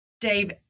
Dave